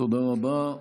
תודה רבה.